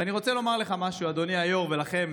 ואני רוצה לומר לך משהו, אדוני היו"ר, ולכם,